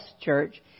church